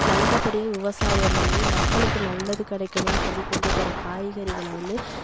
நல்லபடியாக விவசாயம் பண்ணி மக்களுக்கு நல்லது கிடைக்கனு சொல்லி கொண்டு போகிற காய்கறிகளை வந்து